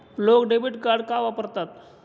लोक debit card का वापरतात?